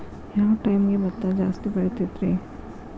ಯಾವ ಟೈಮ್ಗೆ ಭತ್ತ ಜಾಸ್ತಿ ಬೆಳಿತೈತ್ರೇ?